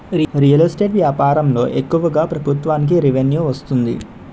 real estate వ్యాపారంలో ఎక్కువగా ప్రభుత్వానికి రెవెన్యూ వస్తుంది